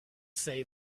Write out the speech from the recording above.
say